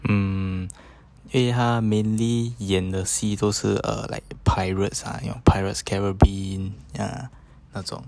mm 因为他 mainly 演的戏都是 uh like the pirates ah your pirates caribbean ya 那种